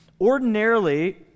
Ordinarily